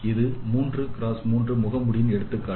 இது 3 x 3 முகமூடிகளின் எடுத்துக்காட்டு